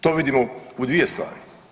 To vidimo u dvije stvari.